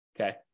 Okay